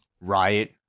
Riot